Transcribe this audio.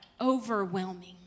overwhelming